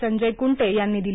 संजय कृंटे यांनी दिली